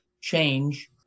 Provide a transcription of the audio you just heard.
change